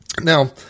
Now